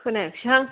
खोनायासैहां